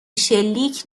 شلیک